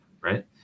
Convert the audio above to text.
Right